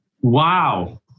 Wow